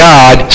God